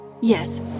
Yes